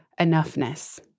enoughness